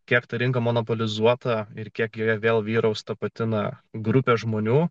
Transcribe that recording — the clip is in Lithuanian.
kiek ta rinka monopolizuota ir kiek joje vėl vyraus ta pati na grupė žmonių